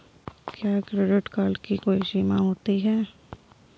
क्या credit card की कोई समय सीमा होती है?